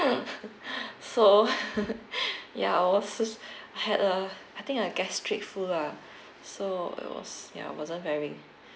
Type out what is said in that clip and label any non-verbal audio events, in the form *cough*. *laughs* so *laughs* ya I was uh had a I think I had gastric flu lah so it was ya it wasn't very